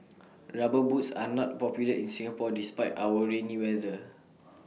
rubber boots are not popular in Singapore despite our rainy weather